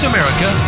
America